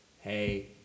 Hey